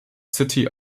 city